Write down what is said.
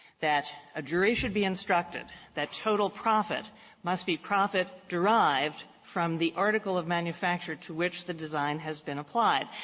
that a jury should be instructed that total profit must be profit derived from the article of manufacture to which the design has been applied.